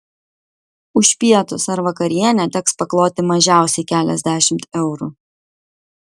už pietus ar vakarienę teks pakloti mažiausiai keliasdešimt eurų